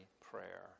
prayer